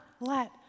let